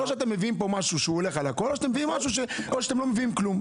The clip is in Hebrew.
או שאתם מביאים פה משהו שהולך על הכל או שאתם לא מביאים כלום.